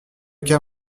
cas